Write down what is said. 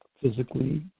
physically